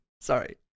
Sorry